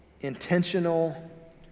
intentional